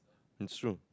it's true